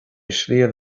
sliabh